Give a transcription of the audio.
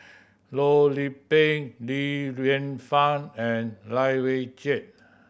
Loh Lik Peng Li Lienfung and Lai Weijie